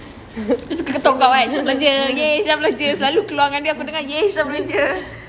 dia suka ketuk kau kan sha belanja !yay! sha belanja selalu keluar ngan dia aku dengar !yay! sha belanja